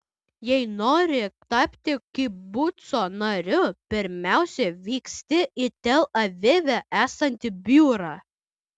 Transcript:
jei nori tapti kibuco nariu pirmiausiai vyksti į tel avive esantį biurą